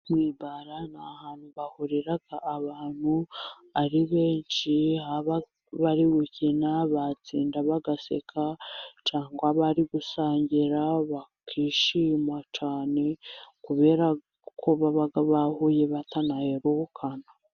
Mu ibar ni ahantu hahurira abantu ari benshi bari gukina, batsinda bagaseka cyangwa bari gusangira bakishima cyane kubera ko baba bahuye batanahurukana.